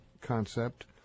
concept